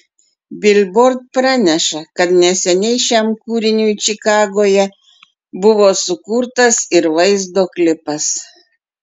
bilbord praneša kad neseniai šiam kūriniui čikagoje buvo sukurtas ir vaizdo klipas